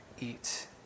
eat